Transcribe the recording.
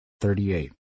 Thirty-eight